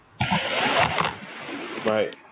right